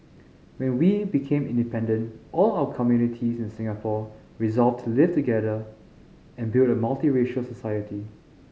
when we became independent all our communities in Singapore resolved to live together and build a multiracial society